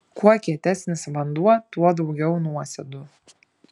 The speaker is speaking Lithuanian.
kuo kietesnis vanduo tuo daugiau nuosėdų